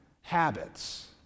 habits